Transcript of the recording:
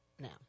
now